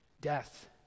death